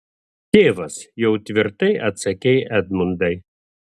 tėvas jau tvirtai atsakei edmundai